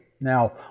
Now